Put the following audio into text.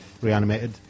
Reanimated